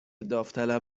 داوطلب